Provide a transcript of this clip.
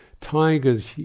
tigers